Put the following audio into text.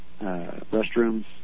restrooms